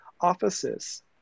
offices